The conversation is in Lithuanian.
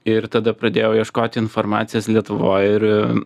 ir tada pradėjau ieškoti informacijos lietuvoj ir